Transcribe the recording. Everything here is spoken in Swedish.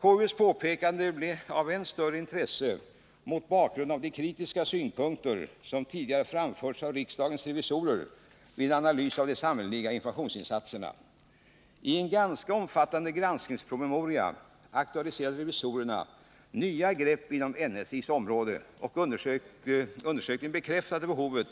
KU:s påpekande blir av än större intresse mot bakgrunden av de kritiska synpunkter som tidigare framförts av riksdagens revisorer vid en analys av de samhälleliga informationsinsatserna. I en ganska omfattande granskningspromemoria aktualiserade revisorerna nya grepp inom NSI:s område, och undersökningen bekräftade behovet